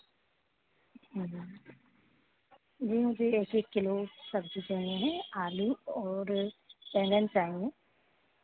अच्छा जी मुझे एक एक किलो सब्ज़ी चाहिए हैं आलू और बैंगन चाहिए